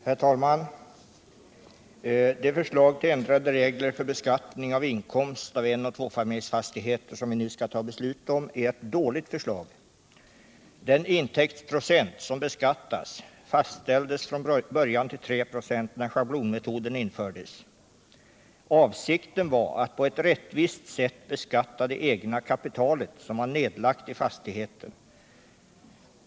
Herr talman! Det förslag till ändrade regler för beskattning av inkomst av enoch tvåfamiljsfastigheter som vi nu skall ta beslut om är ett dåligt förslag. Den intäktsprocent som beskattas fastställdes från början till 3 26 när schablonmetoden infördes. Avsikten var att på ett rättvist sätt beskatta det egna kapitalet som var nedlagt i fastigheten.